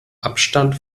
abstand